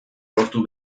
lortu